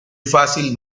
fácil